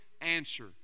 answer